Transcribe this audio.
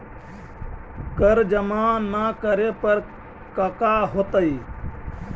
कर जमा ना करे पर कका होतइ?